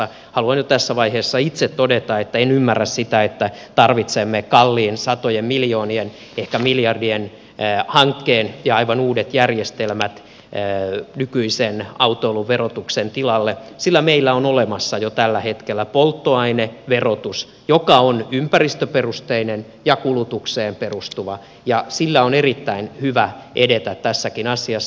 haluan itse jo tässä vaiheessa todeta että en ymmärrä sitä että tarvitsemme kalliin satojen miljoonien ehkä miljardien hankkeen ja aivan uudet järjestelmät nykyisen autoilun verotuksen tilalle sillä meillä on olemassa jo tällä hetkellä polttoaineverotus joka on ympäristöperusteinen ja kulutukseen perustuva ja sillä on erittäin hyvä edetä tässäkin asiassa